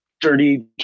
Dirty